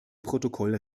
protokoll